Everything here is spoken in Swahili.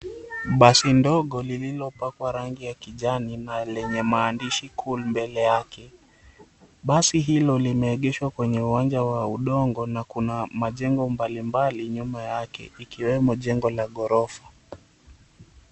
Basi ndogo lililopakwa rangi ya kijani na lenye maandishi, "Cool," mbele yake. Basi hilo limeegeshwa kwenye uwanja wa udongo na kuna majengo mbalimbali nyuma yake, ikiwemo jengo la ghorofa.